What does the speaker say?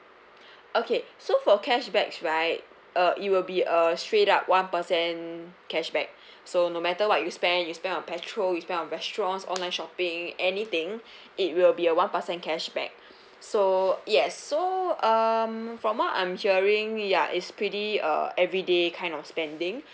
okay so for cashbacks right uh it will be a straight up one percent cashback so no matter what you spend you spend on petrol you spend on restaurants online shopping anything it will be a one percent cashback so yes so um from what I'm hearing ya it's pretty uh every day kind of spending